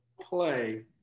play